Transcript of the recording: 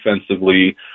offensively